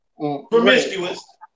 promiscuous